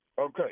Okay